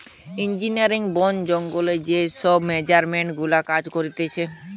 engineering, বোন জঙ্গলে যে সব মেনেজমেন্ট গুলার কাজ হতিছে